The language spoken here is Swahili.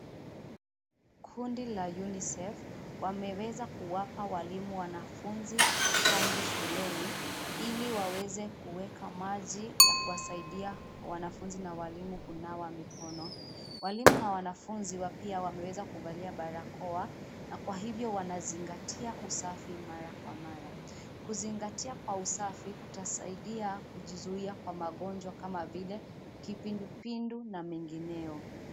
Kundi la Unicef wameweza kuwapa walimu, wanafunzi tangi shuleni ili waweze kuweka maji ya kuwasaidia wanafunzi na walimu kunawa mikono. Walimu na wanafunzi pia wameweza kuvaa barakoa na kwa hivyo wanazingatia usafi mara kwa mara. Kuzingatia kwa usafi kutasaidia kujizuia kwa magonjwa kama vile kipindupindu na mengineo.